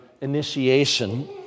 initiation